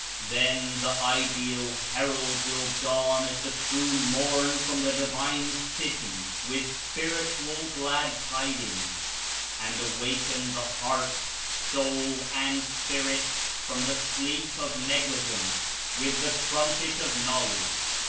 then the ideal herald will dawn as the true morn from the divine city with spiritual glad-tidings and awaken the heart, soul and spirit from the sleep of negligence with the trumpet of knowledge.